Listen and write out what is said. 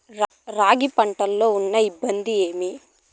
రాగి పంటలో ఉన్న ఇబ్బంది ఏమి?